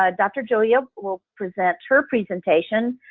ah dr. juliette will present her presentation.